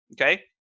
okay